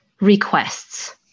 requests